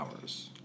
hours